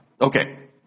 Okay